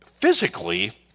physically